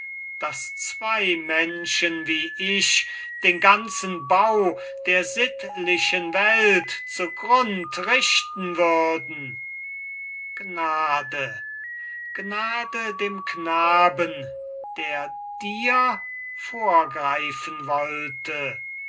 daß zwey menschen wie ich den ganzen bau der sittlichen welt zu grunde richten würden gnade gnade dem knaben der dir vorgreifen wollte